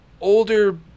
older